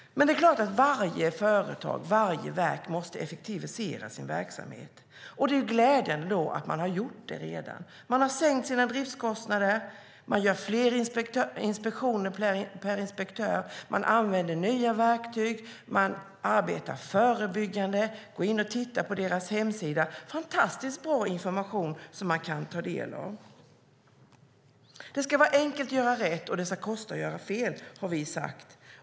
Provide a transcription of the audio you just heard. Men varje företag och varje verk måste effektivisera sin verksamhet, och det är glädjande att så redan skett. Man har sänkt driftskostnaderna, man gör fler inspektioner per inspektör, man använder nya verktyg och man arbetar förebyggande. På Arbetsmiljöverkets hemsida finns fantastiskt bra information att ta del av. Det ska vara enkelt att göra rätt och det ska kosta att göra fel, har vi sagt.